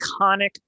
iconic